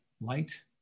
light